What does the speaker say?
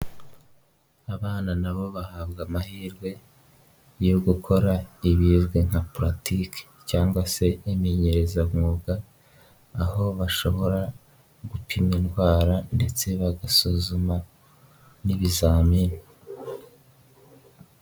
Abana nabo bahabwa amahirwe, yo gukora ibizwi nka puratiki cyangwa se imenyerezamwuga, aho bashobora gupima indwara ndetse bagasuzuma, n'ibizamini.